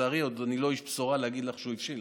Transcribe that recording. לצערי אני עוד לא איש בשורה להגיד לך שהוא הבשיל.